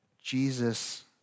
Jesus